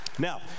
Now